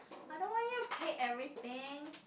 I don't want you pay everything